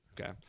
Okay